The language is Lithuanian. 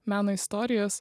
meno istorijos